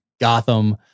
Gotham